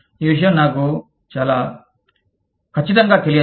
ఈ విషయం నాకు చాలా ఖచ్చితంగా తెలియదు